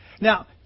Now